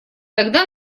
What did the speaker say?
тогда